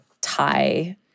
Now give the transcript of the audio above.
tie